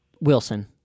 Wilson